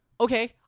okay